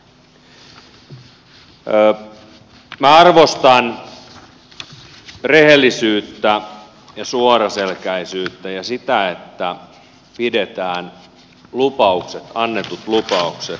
minä arvostan rehellisyyttä ja suoraselkäisyyttä ja sitä että pidetään annetut lupaukset